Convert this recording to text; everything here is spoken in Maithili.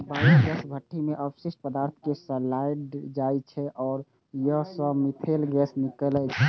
बायोगैस भट्ठी मे अवशिष्ट पदार्थ कें सड़ाएल जाइ छै आ अय सं मीथेन गैस निकलै छै